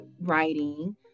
writing